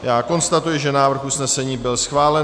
Já konstatuji, že návrh usnesení byl schválen.